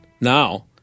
now